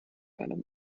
einem